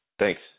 Thanks